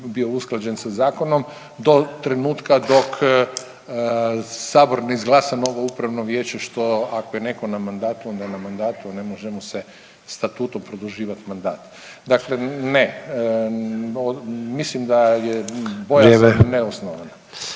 bio usklađen sa zakonom do trenutka dok sabor ne izglasa novo upravno vijeće, što ako je neko na mandatu onda je na mandatu, ne može mu se statutom produživat mandat. Dakle ne, mislim da je bojazan neosnovan.